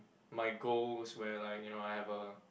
my goals where like you know I have a